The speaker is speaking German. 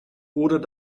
oder